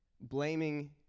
blaming